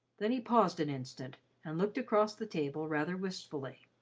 then he paused an instant and looked across the table rather wistfully.